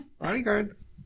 Bodyguards